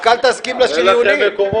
רק אל תסכים לשיריונים.